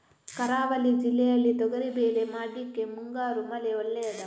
ಕರಾವಳಿ ಜಿಲ್ಲೆಯಲ್ಲಿ ತೊಗರಿಬೇಳೆ ಮಾಡ್ಲಿಕ್ಕೆ ಮುಂಗಾರು ಮಳೆ ಒಳ್ಳೆಯದ?